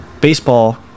baseball